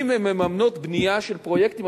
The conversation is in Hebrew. אם הן מממנות בנייה של פרויקטים,